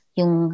yung